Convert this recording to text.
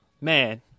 man